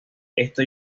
esto